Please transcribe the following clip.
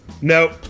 Nope